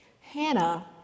Hannah